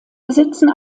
besitzen